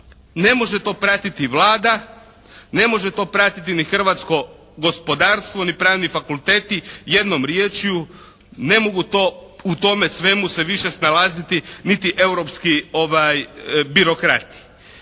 Ne može to pratiti Vlada. Ne može to pratiti ni hrvatsko gospodarstvo ni pravni fakulteti. Jednom riječju ne mogu to, u tome svemu se više snalaziti niti europski birokrati.